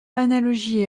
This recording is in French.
analogies